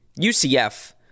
UCF